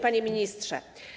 Panie Ministrze!